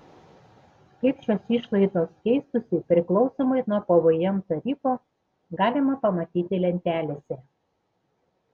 kaip šios išlaidos keistųsi priklausomai nuo pvm tarifo galima pamatyti lentelėse